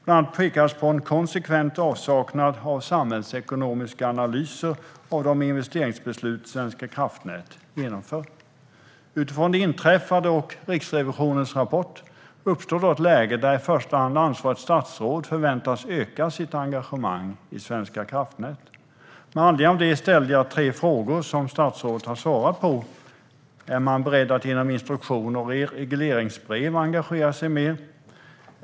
Bland annat pekas på en konsekvent avsaknad av samhällsekonomiska analyser av de investeringsbeslut som Svenska kraftnät genomför. Utifrån det inträffade och Riksrevisionens rapport uppstår då ett läge där i första hand ansvarigt statsråd förväntas öka sitt engagemang i Svenska kraftnät. Med anledning av detta ställde jag tre frågor som statsrådet har svarat på: Är statsrådet beredd att genom instruktioner i regleringsbrev engagera sig mera?